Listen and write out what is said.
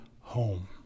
home